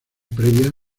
previa